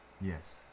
Yes